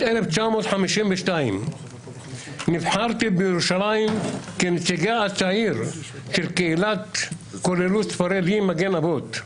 1952 נבחרתי בירושלים כנציגה הצעיר של קהילת "כוללות ספרדים מגן אבות",